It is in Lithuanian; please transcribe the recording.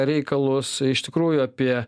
reikalus iš tikrųjų apie